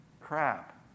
Crap